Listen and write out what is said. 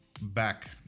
back